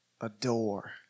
adore